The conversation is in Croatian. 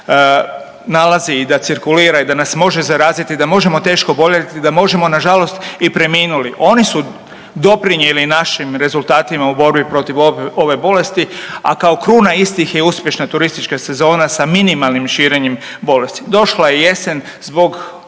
nas nalazi i da cirkulira i da nas može zaraziti i da može teško oboljeti i da možemo nažalost i preminuti. Oni su doprinijeli našim rezultatima u borbi protiv ove bolesti, a kao kruna istih je uspješna turistička sezona sa minimalnim širenjem bolesti. Došla je jesen zbog